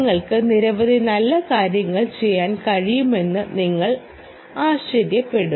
നിങ്ങൾക്ക് നിരവധി നല്ല കാര്യങ്ങൾ ചെയ്യാൻ കഴിയുമെന്ന് നിങ്ങൾ ആശ്ചര്യപ്പെടും